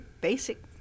basic